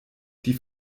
die